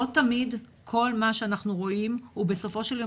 לא תמיד כל מה שאנחנו רואים הוא בסופו של יום